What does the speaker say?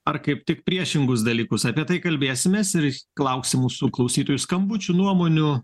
ar kaip tik priešingus dalykus apie tai kalbėsimės ir lauksim mūsų klausytojų skambučių nuomonių